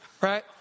Right